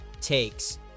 takes